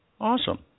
Awesome